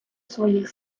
своїх